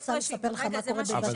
אני